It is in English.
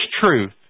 truth